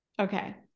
Okay